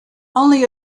only